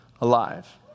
alive